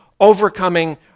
Overcoming